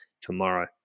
tomorrow